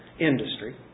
industry